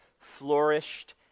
flourished